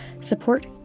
support